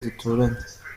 duturanye